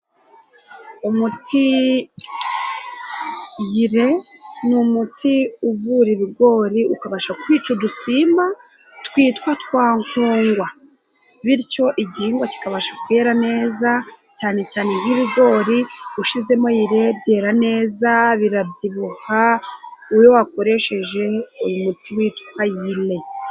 Umuti yire ni umuti uvura ibigori ukabasha kwica udusimba twitwa twa nkongwa bityo igihingwa kikabasha kura neza cyane cyane nk'ibigori ushyizemo yire byera neza birabyibuha iyo wakoresheje uyu muti witwa yire.